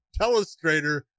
telestrator